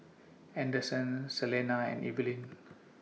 Anderson Celena and Evelin